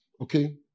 okay